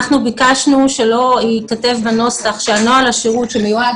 אנחנו ביקשנו שלא ייכתב בנוסח שנוהל השירות שנועד